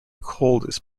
coldest